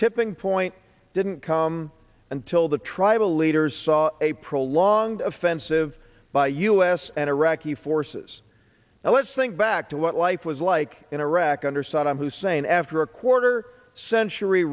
tipping point didn't come until the tribal leaders saw a prolonged offensive by u s and iraqi forces now let's think back to what life was like in iraq under saddam hussein after a quarter century